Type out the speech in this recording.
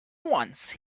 once